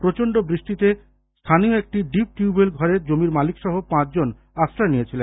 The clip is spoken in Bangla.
প্রচন্ড বৃষ্টিতে স্থানীয় একটি ডিপ টিউবওয়েল ঘরে জমির মালিক সহ পাঁচ জন আশ্রয় নিয়েছেন